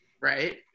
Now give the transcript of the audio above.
Right